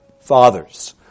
fathers